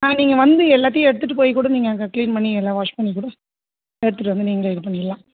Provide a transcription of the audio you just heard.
ஆ நீங்கள் வந்து எல்லாத்தையும் எடுத்துட்டு போய் கூட நீங்கள் அங்கே க்ளீன் பண்ணி எல்லாம் வாஷ் பண்ணி கூட எடுத்துட்டு வந்து நீங்களே இது பண்ணிடலாம்